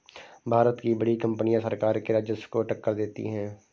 भारत की बड़ी कंपनियां सरकार के राजस्व को टक्कर देती हैं